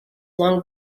long